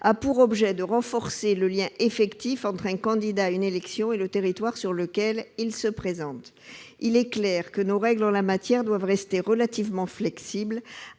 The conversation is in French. a pour objet de renforcer le lien effectif entre un candidat à une élection et le territoire sur lequel il se présente. Il est clair que nos règles en la matière doivent rester relativement flexibles,